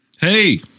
Hey